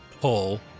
pull